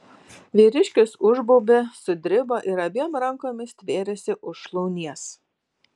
vyriškis užbaubė sudribo ir abiem rankomis stvėrėsi už šlaunies